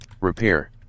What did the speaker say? Repair